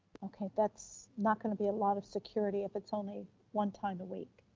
okay, that's not gonna be a lot of security if it's only one time a week.